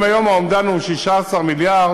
אם היום האומדן הוא 16 מיליארד,